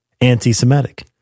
anti-semitic